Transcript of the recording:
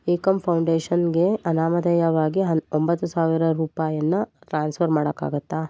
ಏಕಂ ಫೌಂಡೇಶನ್ಗೆ ಅನಾಮಧೇಯವಾಗಿ ಹನ್ ಒಂಬತ್ತು ಸಾವಿರ ರೂಪಾಯಿಯನ್ನ ಟ್ರಾನ್ಸ್ಫರ್ ಮಾಡೋಕ್ಕಾಗತ್ತಾ